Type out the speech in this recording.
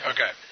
Okay